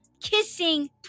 kissing